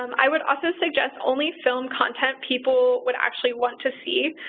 um i would also suggest only film content people would actually want to see,